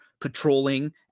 Patrolling